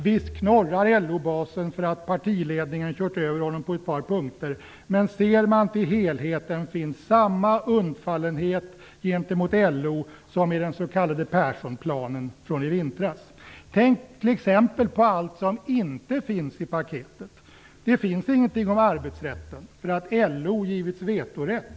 Visst knorrar LO-basen för att partiledningen kört över honom på ett par punkter, men ser man till helheten finns samma undfallenhet gentemot LO som i den s.k. Perssonplanen från i vintras. Tänk t.ex. på allt som inte finns i paketet: ? Det finns ingenting om arbetsrätten - för att LO givits vetorätt.